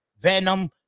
Venom